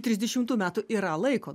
trisdešimtų metų yra laiko